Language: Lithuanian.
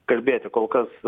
kalbėti kol kas